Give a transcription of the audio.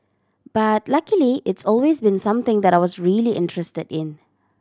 but luckily it's always been something that I was really interested in